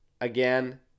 again